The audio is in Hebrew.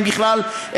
אם בכלל,